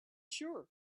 sure